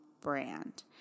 brand